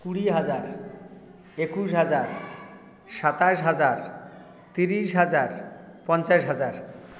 কুড়ি হাজার একুশ হাজার সাতাশ হাজার তিরিশ হাজার পঞ্চাশ হাজার